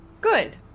Good